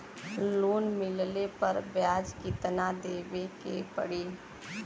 Loan मिलले पर ब्याज कितनादेवे के पड़ी?